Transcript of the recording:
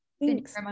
thanks